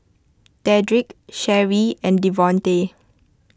Dedrick Sharee and Devonte